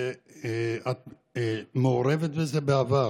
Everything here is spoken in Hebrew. ואת היית מעורבת בזה בעבר: